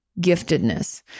giftedness